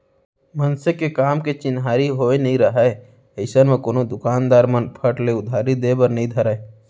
मनसे के काम के चिन्हारी होय नइ राहय अइसन म कोनो दुकानदार मन फट ले उधारी देय बर नइ धरय